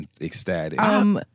ecstatic